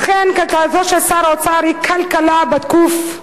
אכן, כלכלתו של שר האוצר היא קלקלה במיטבה.